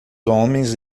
homens